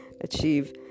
achieve